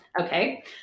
okay